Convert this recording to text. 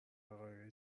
بقایای